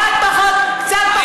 איילת, מה,